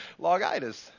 Logitis